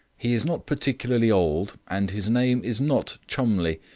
he is not particularly old, and his name is not cholmondeliegh.